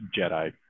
Jedi